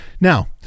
Now